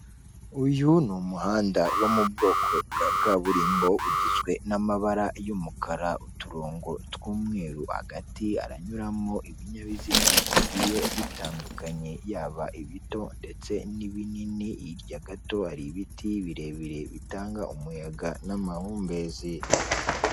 Uyu n’umuhanda wo mu bwoko bwa kaburimbo ugizwe n'amabara y'umukara uturongo tw'umweru hagati aranyuramo ibinyabiziga bigiye bitandukanye yaba ibito ndetse n'ibinini hirya gato hari ibiti birebire bitanga umuyaga n'amahumbezi.